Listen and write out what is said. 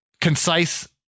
concise